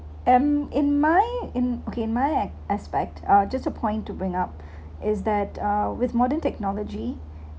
um in my in okay my aspect uh just to point to bring up is that uh with modern technology